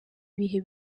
ibihe